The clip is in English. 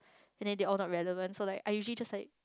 and then they all not relevant so like I usually just like